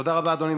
תודה רבה, אדוני.